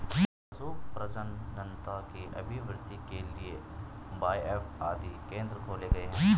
पशु प्रजननता की अभिवृद्धि के लिए बाएफ आदि केंद्र खोले गए हैं